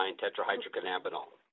tetrahydrocannabinol